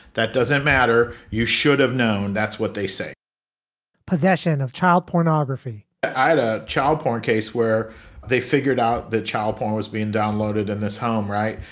that doesn't matter. you should have known. that's what they say possession of child pornography ah child porn case where they figured out that child porn was being downloaded in this home. right.